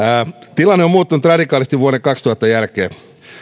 tilanne on muuttunut radikaalisti vuoden kaksituhatta jälkeen